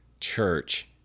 church